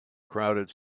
crowded